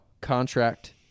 contract